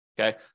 Okay